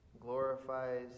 glorifies